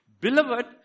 Beloved